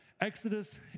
Exodus